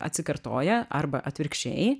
atsikartoja arba atvirkščiai